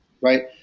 right